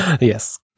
yes